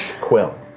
Quill